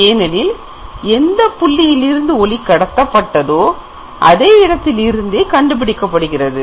ஏனெனில் எந்த புள்ளியிலிருந்து ஒளி கடத்தப்பட்டதோ அதே இடத்தில் இருந்தே கண்டுபிடிக்கப்படுகிறது